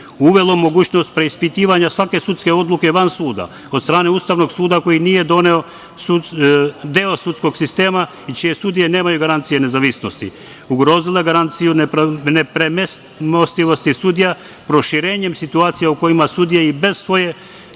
uvelo mogućnost preispitivanja svake sudske odluke van suda od strane Ustavnog suda koji nije deo sudskog sistema i čije sudije nemaju garancije nezavisnosti, ugrozile garanciju nepremostivosti sudija proširenjem situacija u kojima sudija i bez svoje